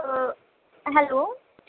hello